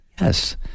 Yes